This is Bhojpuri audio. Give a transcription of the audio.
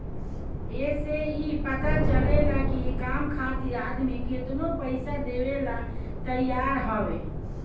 ए से ई पता चलेला की काम खातिर आदमी केतनो पइसा देवेला तइयार हअ